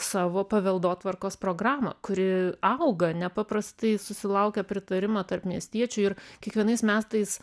savo paveldotvarkos programą kuri auga nepaprastai susilaukia pritarimo tarp miestiečių ir kiekvienais metais